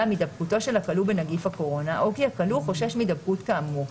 מהידבקותו של הכלוא בנגיף הקורונה או כי הכלוא חושש מהידבקות כאמור,